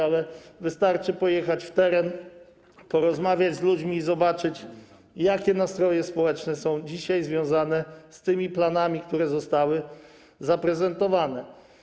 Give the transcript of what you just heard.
Ale wystarczy pojechać w teren, porozmawiać z ludźmi, zobaczyć, jakie nastroje społeczne są dzisiaj związane z tymi planami, które zostały zaprezentowane.